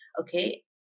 Okay